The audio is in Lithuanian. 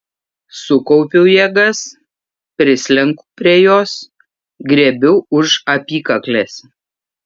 sukaupiu jėgas prislenku prie jos griebiu už apykaklės